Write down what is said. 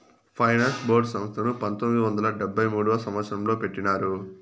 finance board సంస్థను పంతొమ్మిది వందల డెబ్భై మూడవ సంవచ్చరంలో పెట్టినారు